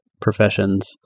professions